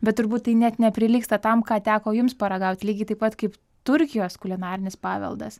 bet turbūt tai net neprilygsta tam ką teko jums paragaut lygiai taip pat kaip turkijos kulinarinis paveldas